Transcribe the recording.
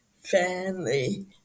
family